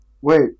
Wait